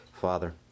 Father